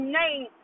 name